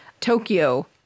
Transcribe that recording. Tokyo